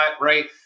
right